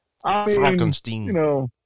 Frankenstein